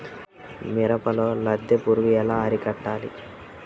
మిరపలో లద్దె పురుగు ఎలా అరికట్టాలి?